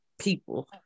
people